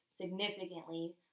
significantly